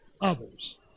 others